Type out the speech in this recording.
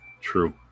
True